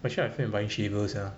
actually I feel like buying shaver sia